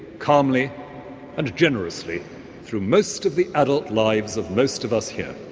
calmly and generously through most of the adult lives of most of us here.